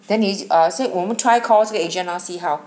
then 你 say 我们 try call 这个 agent lah see how